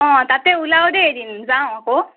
অ' তাতে ওলাওঁ দেই এদিন যাওঁ আক'